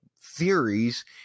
theories